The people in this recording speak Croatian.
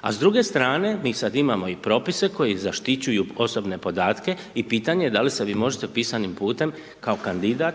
a s druge strane, mi sad imamo i propise koji zaštićuju osobne podatke i pitanje je da li se vi možete pisanim putem kao kandidat,